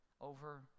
over